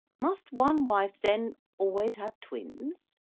must one wife then always have twins?